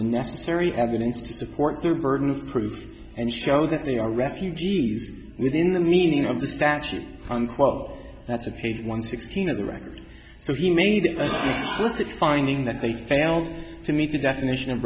necessary evidence to support their burden of proof and show that they are refugees within the meaning of the statute unquote that's a page one sixteen of the record so he made that finding that they failed to meet the definition of